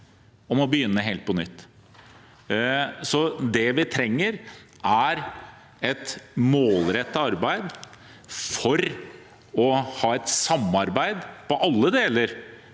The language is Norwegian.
og må begynne helt på nytt. Det vi trenger, er et målrettet arbeid for å ha et samarbeid i alle deler